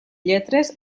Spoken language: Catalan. lletres